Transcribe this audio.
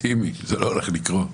אתה אופטימי, זה לא הולך לקרות.